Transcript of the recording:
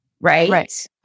Right